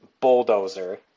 bulldozer